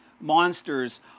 monsters